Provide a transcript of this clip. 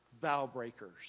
vow-breakers